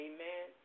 Amen